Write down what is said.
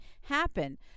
happen